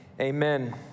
Amen